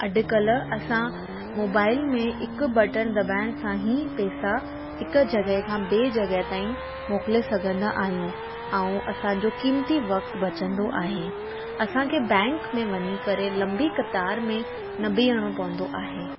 अॼुकल्ह असां मोबाइल में हिकु बटन दॿाइण सां ई पैसा हिकु जॻहि खां ॿिए जॻहि ताईं मोकिले सघंदा आहियूं ऐं असांजो क़ीमती वक़्तु बचंदो आहे असांखे बैंक में वञी करे लंबी क़तार में न बीहणो पवंदो आहे